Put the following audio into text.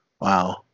Wow